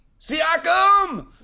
siakam